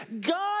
God